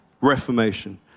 reformation